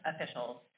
officials